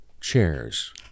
chairs